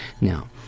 Now